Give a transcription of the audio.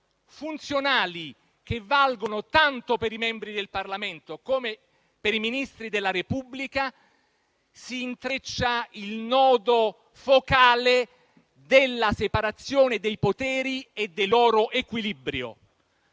funzionali, che valgono tanto per i membri del Parlamento, quanto per i Ministri della Repubblica, si intreccia il nodo focale della separazione dei poteri e del loro equilibrio.